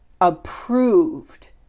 approved